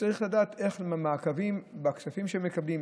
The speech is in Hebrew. צריך לעשות מעקבים על הכספים שהם מקבלים,